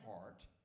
heart